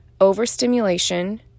overstimulation